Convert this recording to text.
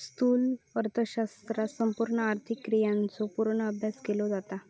स्थूल अर्थशास्त्रात संपूर्ण आर्थिक क्रियांचो पूर्ण अभ्यास केलो जाता